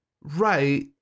right